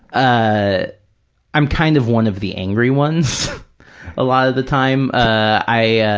ah i'm kind of one of the angry ones a lot of the time. i, yeah